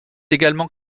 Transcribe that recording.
également